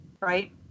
right